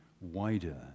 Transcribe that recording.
wider